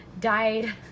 died